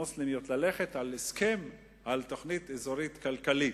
מוסלמיות, ללכת על הסכם, על תוכנית אזורית כלכלית.